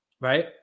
right